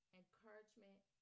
encouragement